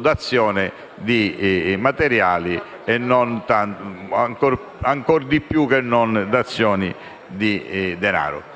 dazioni di materiale, ancor più che dazioni di denaro.